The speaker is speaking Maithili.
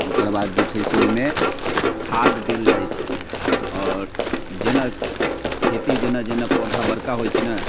ओकर बाद जे छै से ओहिमे खाद देल जाइत छै और जेना खेती जेना जेना पौधा बड़का होयत छै ने